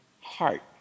heart